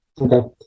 Okay